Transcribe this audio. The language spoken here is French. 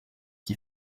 qui